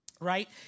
right